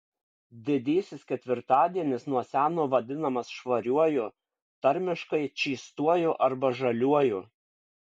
didysis ketvirtadienis nuo seno vadinamas švariuoju tarmiškai čystuoju arba žaliuoju